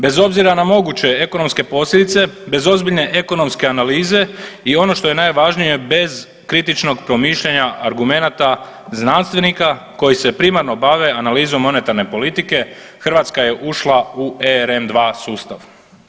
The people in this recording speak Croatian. Bez obzira na moguće ekonomske posljedice, bez ozbiljne ekonomske analize i ono što je najvažnije bez kritičnog promišljanja argumenata znanstvenika koji se primarno bave analizom monetarne politike Hrvatska je ušla u REM 2 sustav.